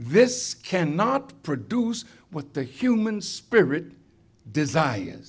this can not produce what the human spirit desires